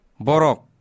Borok